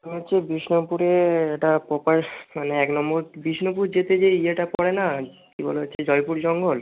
আমার হচ্ছে বিষ্ণুপুরে এটা প্রপার মানে এক নম্বর বিষ্ণুপুর যেতে যে ইয়েটা পড়ে না কী বলে হচ্ছে জয়পুর জঙ্গল